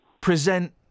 present